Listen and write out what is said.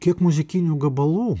kiek muzikinių gabalų